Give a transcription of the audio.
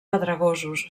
pedregosos